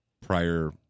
prior